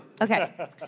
Okay